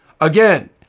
Again